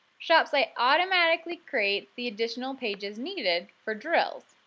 shopsite automatically creates the additional pages needed for drills.